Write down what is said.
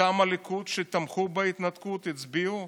מטעם הליכוד שתמכו בהתנתקות, הצביעו?